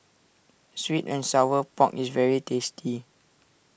Sweet and Sour Pork is very tasty